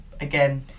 again